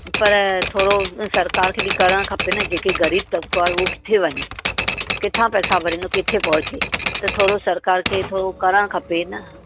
पर थोरो सरकार खे बि करणु खपे न जेके गरीब तब्क़ो आहे उहो किथे वञे किथां पेसा भरींदो किथे किथे पहुचे त थोरो सरकार खे थोरो करणु खपे न